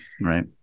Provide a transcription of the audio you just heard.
Right